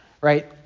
right